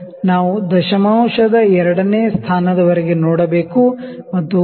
ನಾವು ದಶಮಾಂಶದ ಎರಡನೇ ಸ್ಥಾನದವರೆಗೆ ನೋಡಬೇಕು ಮತ್ತು ಸಮಸಂಖ್ಯೆ ಗಳಾದ 0